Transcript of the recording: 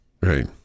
right